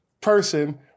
person